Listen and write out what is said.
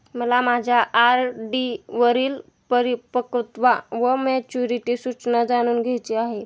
मला माझ्या आर.डी वरील परिपक्वता वा मॅच्युरिटी सूचना जाणून घ्यायची आहे